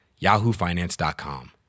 yahoofinance.com